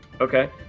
okay